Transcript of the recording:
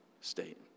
state